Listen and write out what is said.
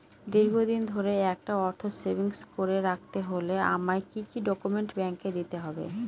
দীর্ঘদিন ধরে একটা অর্থ সেভিংস করে রাখতে হলে আমায় কি কি ডক্যুমেন্ট ব্যাংকে দিতে হবে?